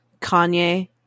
Kanye